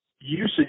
usage